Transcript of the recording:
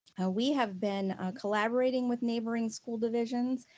we have been collaborating with neighboring school divisions,